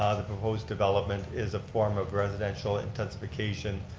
ah the proposed development is a form of residential intensification,